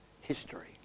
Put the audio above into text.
history